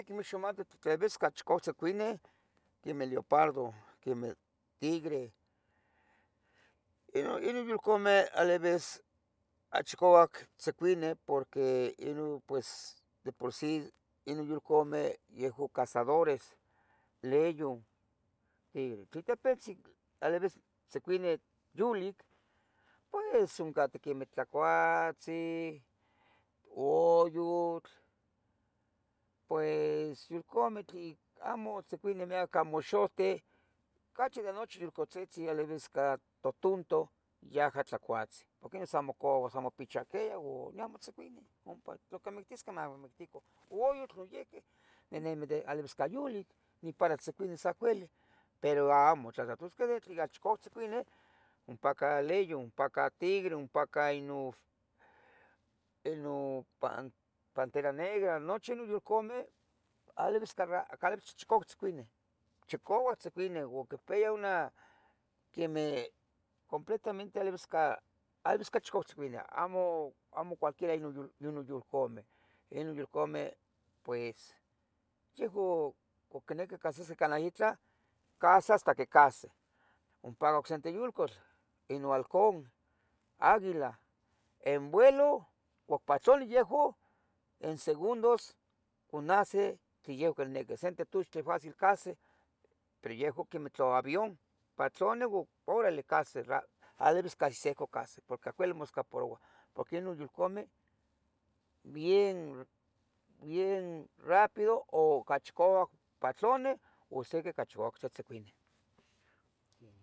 Neh niquixmati tlen tlalibis ocachi chicauac tzicuinih, quemeh leopardo, quemeh tigre, ino yulcameh tlalebis chicauac tzicuini porque ino pues de por si, ino yulcameh yehua cazadores, leyun, tigre, tle tepitzi tlalibis yulic pues onca quemeh tlacuatzin, ouyutl, pues yulcameh tlan amo tzicuinih miac amo uxohtih, cachi de nochi yulcatzitzi tlalebis ca tutontoh yaha tlacuatzi, porque yeh sa mocaua, sa mopichaquia, o amo tzicuini ompa, tla quimictisqueh maquimictican, ouyutl noihqui ninima tlailibisca yulic ni para tzicuinis acuili, pero amo, tla itlahtosqueh tle chicauac tzicuini ompacah leyun, ompacah tigre, ompaca ino, ino pan pantera negra, nuchi nun yulcameh tlalibisca ca tlalibis chicauac tzicuinih, chicauac tzicuinih, ua quipia una quemeh completamente tlalibisca tlalibisca chicauac tzicuinih, amo cualquier nun yulcameh, ino yulcameh pues yehua cuac icniquih cahsisqueh canah itlah, cahsi hasta que cahsih. Ompa ocsenteh yulcatl, ino halcón, águila, en vuelo cuac patlani yehu, en segundos, conahsi tlen yeh quiniqui, senteh tuchtli fácil cahsi, pero yehua quemeh tle avión, patloni ua orale cahsi rap, tlalibisca ihsiuca cahsis porque acocuili moescaparouah, porque ino yulcameh, bien, bien rápido u cachicauac patloni ua ocsiqui tlec chiicauac tzicuinih